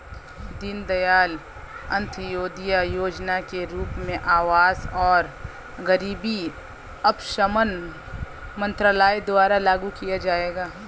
दीनदयाल अंत्योदय योजना के रूप में आवास और गरीबी उपशमन मंत्रालय द्वारा लागू किया जाएगा